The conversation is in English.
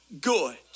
good